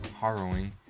harrowing